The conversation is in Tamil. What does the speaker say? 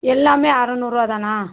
எல்லாமே அறநூற்ரூவா தானா